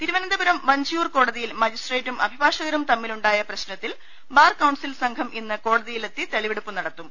തിരുവനന്തപുരം വഞ്ചിയൂർ കോടതിയിൽ മജിസ്ട്രേറ്റും അഭി ഭാഷകരും തമ്മിലുണ്ടായ പ്രശ്നത്തിൽ ബാർ കൌൺസിൽ സംഘം ഇന്ന് കോടതിയിലെത്തിതെളിവെടുപ്പ് നടത്തും